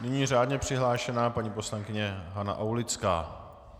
Nyní řádně přihlášená paní poslankyně Hana Aulická.